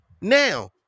Now